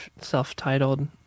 self-titled